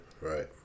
right